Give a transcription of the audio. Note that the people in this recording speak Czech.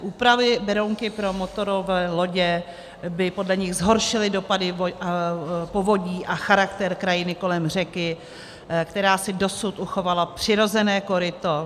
Úpravy Berounky pro motorové lodě by podle nich zhoršily dopady na povodí a charakter krajiny kolem řeky, která si dosud uchovala přirozené koryto.